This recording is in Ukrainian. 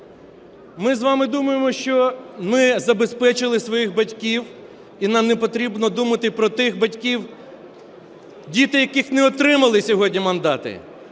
Ми з вами думаємо, що ми забезпечили своїх батьків і нам не потрібно думати про тих батьків, діти яких не отримали сьогодні мандати?